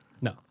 No